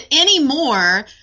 anymore